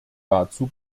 dazu